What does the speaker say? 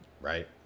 Right